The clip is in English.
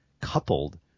coupled